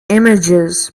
images